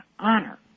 honor